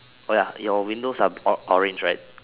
oh ya your windows are o~ orange right